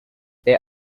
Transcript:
there